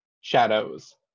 shadows